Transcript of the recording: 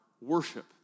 worship